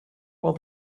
while